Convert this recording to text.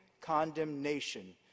condemnation